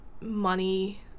money